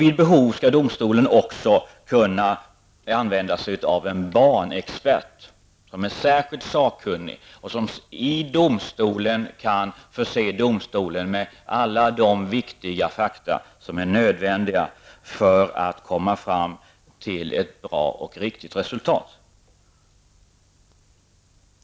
Vid behov skall domstolen också kunna använda sig av en barnexpert som är särskilt sakkunnig och som kan förse domstolen med alla de viktiga fakta som är nödvändiga för att komma fram till ett bra och riktigt resultat.